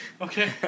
Okay